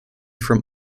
from